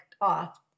off